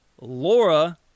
Laura